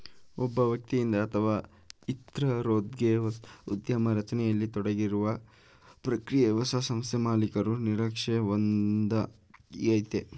ಒಬ್ಬ ವ್ಯಕ್ತಿಯಿಂದ ಅಥವಾ ಇತ್ರರೊಂದ್ಗೆ ಹೊಸ ಉದ್ಯಮ ರಚನೆಯಲ್ಲಿ ತೊಡಗಿರುವ ಪ್ರಕ್ರಿಯೆ ಹೊಸ ಸಂಸ್ಥೆಮಾಲೀಕರು ನಿರೀಕ್ಷೆ ಒಂದಯೈತೆ